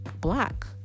black